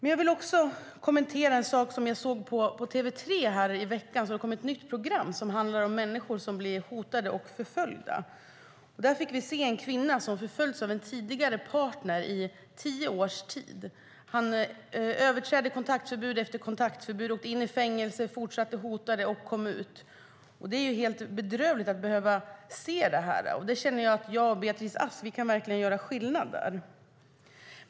Jag vill kommentera en sak som jag såg på TV3 i ett nytt program som handlar om människor som blir hotade och förföljda. Där fick vi se en kvinna som förföljts av en tidigare partner i tio års tid. Han överträdde kontaktförbud efter kontaktförbud, åkte in i fängelse, kom ut och fortsatte att hota. Det är helt bedrövligt att behöva se något sådant. Jag känner, Beatrice Ask, att vi verkligen kan göra skillnad där.